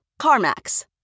CarMax